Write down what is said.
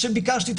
כשביקשתי,